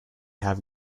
have